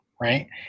Right